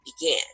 began